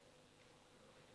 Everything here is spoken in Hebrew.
רבה.